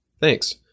Thanks